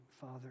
Father